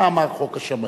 מה אמר חוק השמאים?